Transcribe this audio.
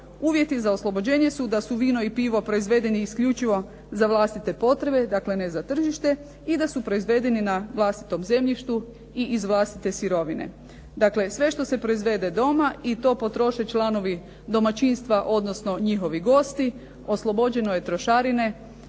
Uvjeti za oslobođenje su da su vino i pivo proizvedeni isključivo za vlastite potrebe, dakle ne za tržište i da su proizvedeni na vlastitom zemljištu i iz vlastite sirovine. Dakle, sve što se proizvede doma i to potroše članovi domaćinstva, odnosno njihovi gosti oslobođeno je trošarine,